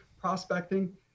prospecting